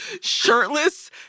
shirtless